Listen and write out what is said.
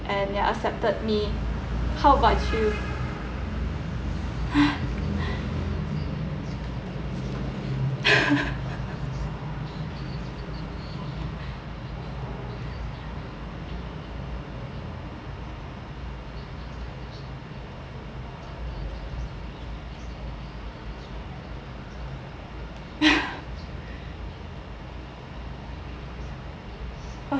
and accepted me how about you